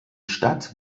stadt